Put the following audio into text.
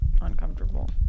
uncomfortable